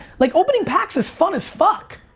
like opening packs is fun as fuck,